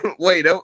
wait